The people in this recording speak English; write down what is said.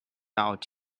out